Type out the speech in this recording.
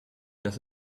does